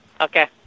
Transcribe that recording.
okay